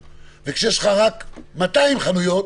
וכשיש לך רק 200 חנויות,